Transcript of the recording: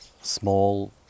small